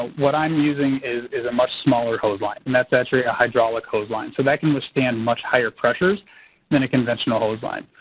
what i'm using is is a much smaller hose line. and that's actually a hydraulic hose line. so that can withstand much higher pressure than a conventional hose line.